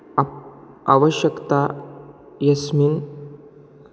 up आवश्यकता यस्मिन्